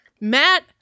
Matt